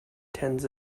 tens